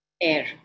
air